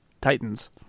Titans